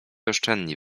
oszczędni